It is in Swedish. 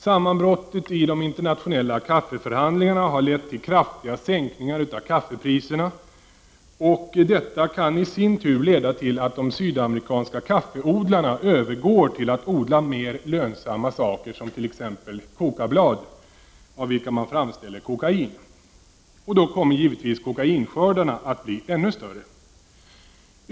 Sammanbrottet i de internationella kaffeförhandlingarna har lett till kraftiga sänkningar av kaffepriserna. Detta kan i sin tur leda till att de sydamerikanska kaffeodlarna övergår till att odla de mer lönsamma kokabladen, av vilka man framställer kokain. Då kommer givetvis kokainskördarna att bli ännu större.